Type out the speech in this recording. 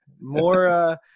more